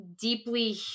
deeply